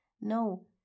No